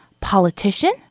politician